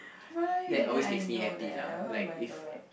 why didn't I know that oh-my-god